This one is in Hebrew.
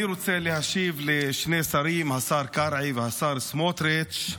אני רוצה להשיב לשני שרים, השר קרעי והשר סמוטריץ'